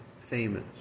famous